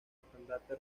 estandarte